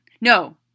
No